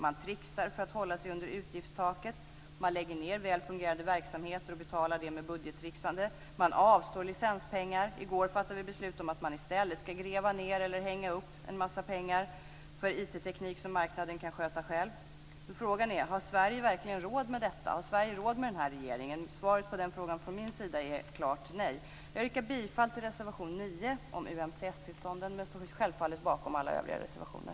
Man tricksar för att hålla sig under utgiftstaket. Man lägger ned väl fungerande verksamheter och betalar det med budgettricksande. Man avstår licenspengar. I går fattade vi beslut om att man i stället ska gräva ned eller hänga upp en massa pengar för informationsteknik som marknaden kan sköta själv. Frågan är: Har Sverige verkligen råd med detta? Har Sverige råd med den här regeringen? Svaret på den frågan från min sida är klart nej. Jag yrkar bifall till reservation 9, om UMTS tillstånden, men står självfallet bakom alla övriga reservationer.